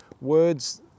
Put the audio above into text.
words